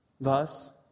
Thus